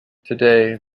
today